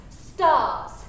stars